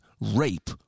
rape